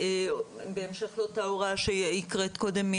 בהמשך לאותה הוראת מנכ"ל שהקראת קודם,